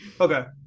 Okay